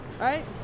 right